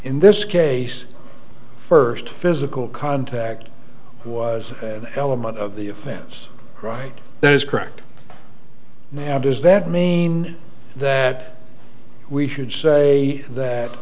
in this case first physical contact was an element of the offense right there is correct now does that mean that we should say that